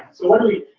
so what do we.